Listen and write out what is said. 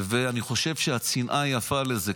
ואני חושב שהצנעה יפה לזה.